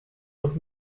und